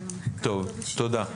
תודה.